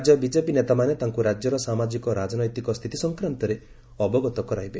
ରାଜ୍ୟ ବିଜେପି ନେତାମାନେ ତାଙ୍କୁ ରାଜ୍ୟର ସାମାଜିକ ରାଜନୈତିକ ସ୍ଥିତି ସଂକ୍ରାନ୍ତରେ ଅବଗତ କରାଇବ